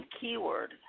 keyword